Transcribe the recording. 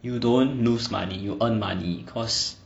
you don't lose money you earn money cause